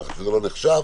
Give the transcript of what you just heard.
כך שזה לא נחשב,